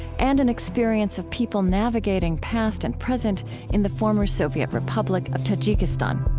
and an experience of people navigating past and present in the former soviet republic of tajikistan